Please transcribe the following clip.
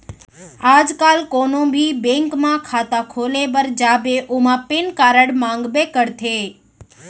आज काल कोनों भी बेंक म खाता खोले बर जाबे ओमा पेन कारड मांगबे करथे